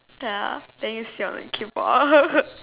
ya then you siao in K-pop